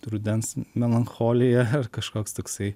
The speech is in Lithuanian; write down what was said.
rudens melancholija kažkoks toksai